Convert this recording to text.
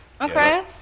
Okay